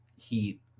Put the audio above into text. heat